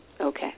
Okay